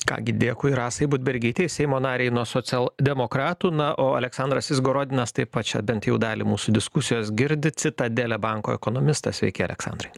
ką gi dėkui rasai budbergytei seimo narei nuo socialdemokratų na o aleksandras izgorodinas taip pat čia bent jau dalį mūsų diskusijos girdi citadele banko ekonomistas sveiki aleksandrai